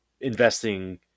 investing